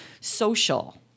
social